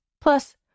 Plus